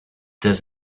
does